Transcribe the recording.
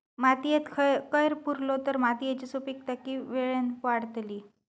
मातयेत कैर पुरलो तर मातयेची सुपीकता की वेळेन वाडतली?